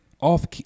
off